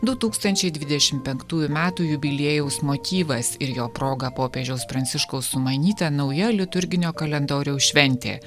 du tūkstančiai dvidešimt penktųjų metų jubiliejaus motyvas ir jo proga popiežiaus pranciškaus sumanyta nauja liturginio kalendoriaus šventė